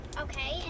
Okay